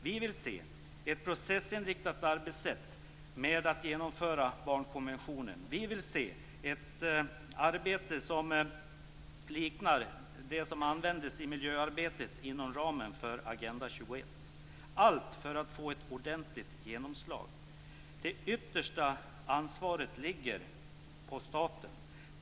Vi vill se ett processinriktat arbetssätt med liknande metoder som har använts i miljöarbetet inom ramen för Agenda 21 - allt för att få ett ordentligt genomslag. Det yttersta ansvaret ligger dock hos staten.